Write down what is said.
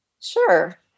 Sure